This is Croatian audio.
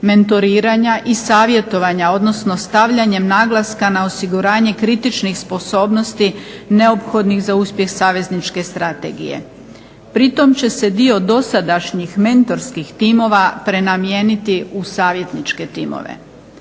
mentoriranja i savjetovanja, odnosno stavljanjem naglaska na osiguranje kritičnih sposobnosti neophodnih za uspjeh savezničke strategije. Pritom će se dio dosadašnjih mentorskih timova prenamijeniti u savjetničke timove.